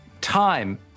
time